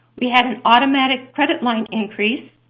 we had an automatic credit line increase.